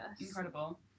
incredible